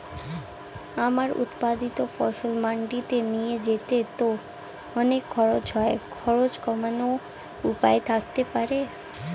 আমার উৎপাদিত ফসল মান্ডিতে নিয়ে যেতে তো অনেক খরচ হয় খরচ কমানোর কি উপায় থাকতে পারে?